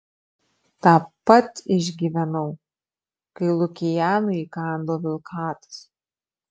tą pat išgyvenau kai lukianui įkando vilkatas